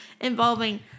involving